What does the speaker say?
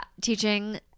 teaching